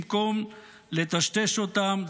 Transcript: במקום לטשטש אותם.